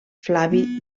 flavi